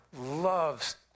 loves